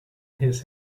his